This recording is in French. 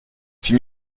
fit